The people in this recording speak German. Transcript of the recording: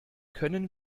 können